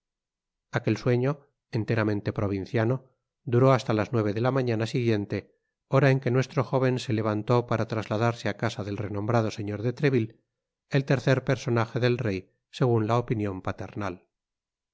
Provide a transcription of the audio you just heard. aquel sueño enteramente provinciano duró hasta las nueve de la mañana siguiente hora en que nuestro jóven se levantó para trasladarse á casa del renombrado señor de treville el tercer personaje del rey segun la opinion paternal